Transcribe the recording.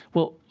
well,